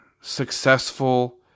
successful